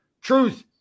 Truth